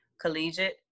collegiate